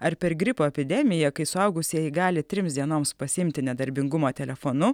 ar per gripo epidemiją kai suaugusieji gali trims dienoms pasiimti nedarbingumą telefonu